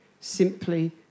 simply